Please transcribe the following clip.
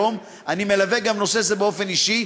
היום אני מלווה גם נושא זה באופן אישי,